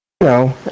No